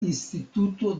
instituto